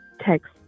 text